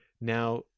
now